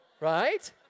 right